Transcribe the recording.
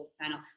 panel